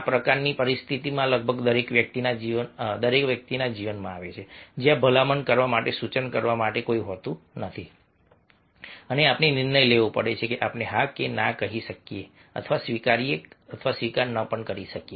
આ પ્રકારની પરિસ્થિતિઓ લગભગ દરેક વ્યક્તિના જીવનમાં આવે છે જ્યાં ભલામણ કરવા માટે સૂચન કરવા માટે કોઈ હોતું નથી અને આપણે નિર્ણય લેવો પડે છે કે આપણે હા કે ના કહી શકીએ અથવા સ્વીકારવા કે નકારી શકીએ